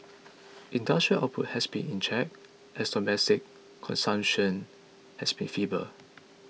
industrial output has also been in check as domestic consumption has been feeble